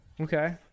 Okay